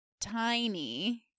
tiny